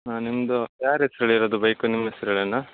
ಹಾಂ ನಿಮ್ಮದು ಯಾರ ಹೆಸ್ರಲ್ಲಿ ಇರೋದು ಬೈಕು ನಿಮ್ಮ ಹೆಸರಲ್ಲೇನ